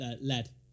led